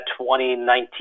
2019